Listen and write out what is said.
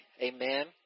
Amen